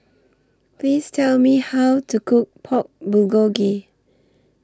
Please Tell Me How to Cook Pork Bulgogi